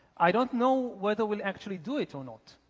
i don't know whether we'll actually do it or not.